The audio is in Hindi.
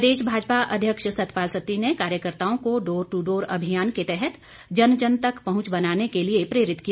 प्रदेश भाजपा अध्यक्ष सतपाल सत्ती ने कार्यकर्ताओं को डोर ट्र डोर अभियान के तहत जन जन तक पहुंच बनाने के लिए प्रेरित किया